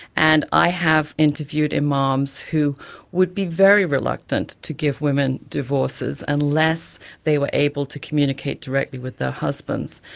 and i have interviewed imams who would be very reluctant to give women divorces unless they were able to communicate directly with their husbands.